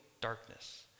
darkness